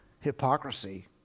hypocrisy